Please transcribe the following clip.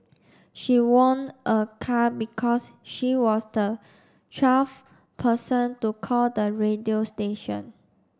she won a car because she was the twelfth person to call the radio station